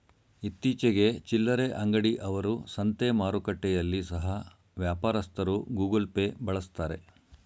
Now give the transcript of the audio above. ಇತ್ತೀಚಿಗೆ ಚಿಲ್ಲರೆ ಅಂಗಡಿ ಅವರು, ಸಂತೆ ಮಾರುಕಟ್ಟೆಯಲ್ಲಿ ಸಹ ವ್ಯಾಪಾರಸ್ಥರು ಗೂಗಲ್ ಪೇ ಬಳಸ್ತಾರೆ